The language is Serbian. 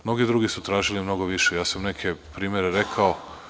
Mnogi drugi su tražili mnogo više, ja sam neke primere rekao.